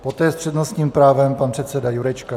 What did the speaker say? Poté s přednostním právem pan předseda Jurečka.